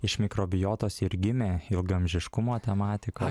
iš mikrobiotos ir gimė ilgaamžiškumo tematika